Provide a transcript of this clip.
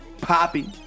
Poppy